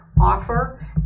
offer